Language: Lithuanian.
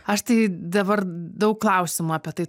aš tai dabar daug klausimų apie tai